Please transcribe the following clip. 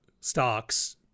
stocks